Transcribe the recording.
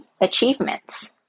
achievements